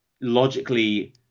logically